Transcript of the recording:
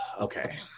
okay